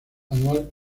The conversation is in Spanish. anual